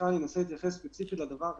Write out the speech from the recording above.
אני אנסה להתייחס ספציפית לנושא הזה.